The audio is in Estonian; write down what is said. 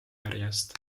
järjest